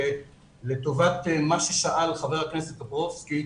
לטובת מה ששאל חבר הכנסת טופורובסקי,